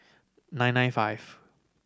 nine nine five